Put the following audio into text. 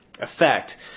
effect